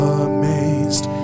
amazed